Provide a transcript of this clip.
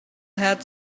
had